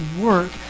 work